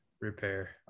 repair